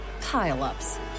Pile-ups